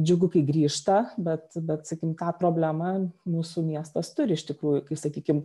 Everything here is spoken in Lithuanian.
džiugu kai grįžta bet bet sakim tą problemą mūsų miestas turi iš tikrųjų kai sakykim